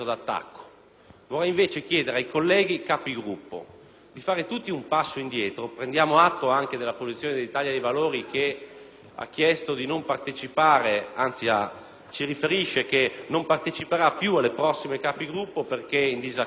vorrei invece chiedere ai colleghi Capigruppo di fare tutti un passo indietro, prendendo atto anche della posizione dell'Italia dei Valori, che ha chiesto di non partecipare, anzi, ci riferisce che non parteciperà più alle prossime Conferenze dei Capigruppo, perché in disaccordo